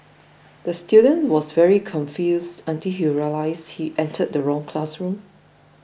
the student was very confused until he realised he entered the wrong classroom